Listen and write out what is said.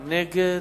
מי נגד?